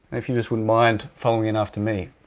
if you just wouldn't mind following in after me,